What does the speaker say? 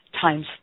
times